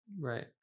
Right